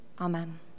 Amen